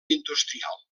industrial